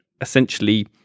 essentially